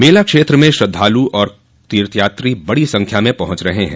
मेला क्षेत्र में श्रद्धालु और तीर्थयात्री बड़ी संख्या में पहुंच रहे हैं